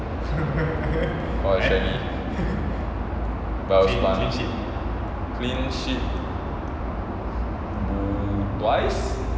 clean sheet twice